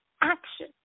action